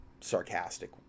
sarcastic